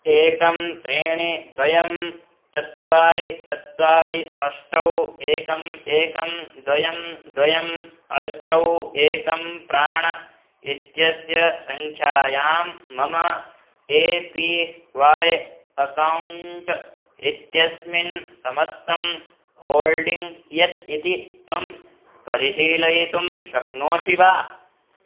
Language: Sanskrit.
एकं त्रीणि द्वे चत्वारि चत्वारि अष्ट एकम् एकं द्वे द्वे अष्ट एकं प्राण इत्यस्य संख्यायां मम ए पी ह्वाय् अकौण्ट् इत्यस्मिन् समस्तं होल्डिङ्ग् कियत् इति त्वं परिशीलयितुं शक्नोषि वा